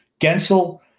Gensel